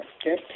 okay